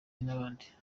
n’abandi